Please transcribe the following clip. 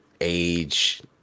age